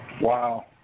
Wow